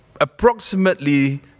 approximately